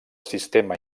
sistema